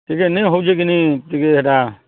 ଟିକେ ନି ହେଉଛେ କିନି ଟିକେ ହେଟା